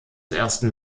ersten